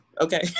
okay